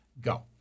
Go